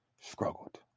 struggled